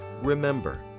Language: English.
Remember